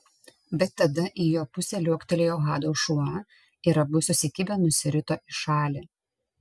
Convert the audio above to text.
bet tada į jo pusę liuoktelėjo hado šuo ir abu susikibę nusirito į šalį